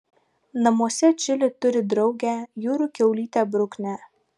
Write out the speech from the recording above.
namuose čili turi draugę jūrų kiaulytę bruknę